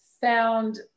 found –